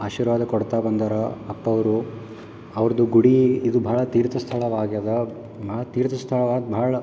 ಆಶೀರ್ವಾದ ಕೊಡ್ತಾ ಬಂದಾರ ಅಪ್ಪವರು ಅವ್ರದ್ದು ಗುಡಿ ಇದು ಬಹಳ ತೀರ್ಥ ಸ್ಥಳ ವಾಗ್ಯದಾ ಮಾ ತೀರ್ಥ ಸ್ಥಳವಾಗಿ ಬಹಳ